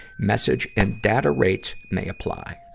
message and data rates may apply.